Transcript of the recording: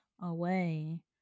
away